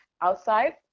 outside